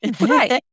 Right